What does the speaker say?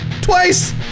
twice